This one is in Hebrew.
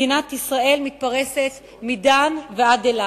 מדינת ישראל מתפרסת מדן ועד אילת.